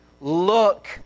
look